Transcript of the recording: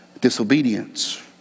disobedience